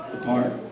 apart